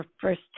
first